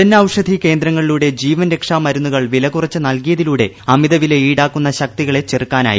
ജൻ ഔഷധി കേന്ദ്രങ്ങളിലൂടെ ജീവൻ രക്ഷാ മരുന്നുകൾ വിലകുറച്ച് നൽകിയതിലൂടെ അമിത വില ഈടാക്കുന്ന ശക്തികളെ ചെറുക്കാനായി